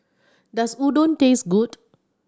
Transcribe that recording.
does Udon taste good